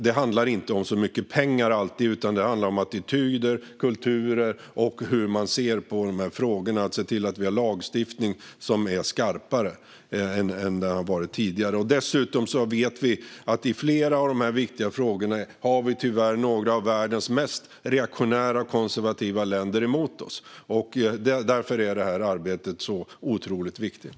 Det handlar inte alltid så mycket om pengar utan om attityder och kulturer, om hur man ser på dessa frågor och om att se till att ha skarpare lagstiftning än tidigare. Vi vet dessutom att vi i flera av dessa viktiga frågor tyvärr har världens mest reaktionära och konservativa länder emot oss. Därför är detta arbete så otroligt viktigt.